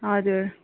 हजुर